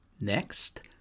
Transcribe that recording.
Next